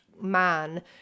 Man